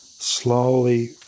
slowly